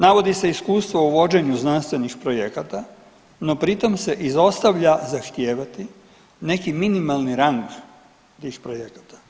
Navodi se iskustvo u vođenju znanstvenih projekata, no pri tom se izostavlja zahtijevati neki minimalni rang tih projekata.